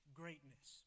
greatness